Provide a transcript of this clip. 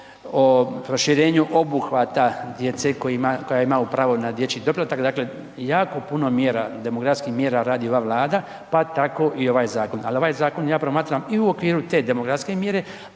o proširenju obuhvata djece koje ima u pravu na dječji doplatak, dakle, jako puno mjera, demografskih mjera radi ova vlada, pa tako i ovaj zakon, ali ovaj zakon ja promatram i u okviru te demografske mjere,